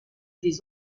des